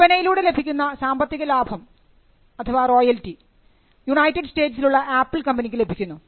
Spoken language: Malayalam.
വിൽപനയിലൂടെ ലഭിക്കുന്ന സാമ്പത്തിക ലാഭം റോയൽറ്റി യുണൈറ്റഡ് സ്റ്റേറ്റ്സിൽ ഉള്ള ആപ്പിൾ കമ്പനിക്ക് ലഭിക്കുന്നു